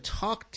talk